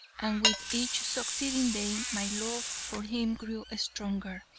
and with each succeeding day my love for him grew stronger.